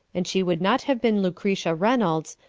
and she would not have been lucretia reynolds,